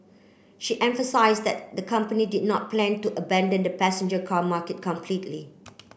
she emphasise that the company did not plan to abandon the passenger car market completely